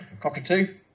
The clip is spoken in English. Cockatoo